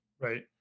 Right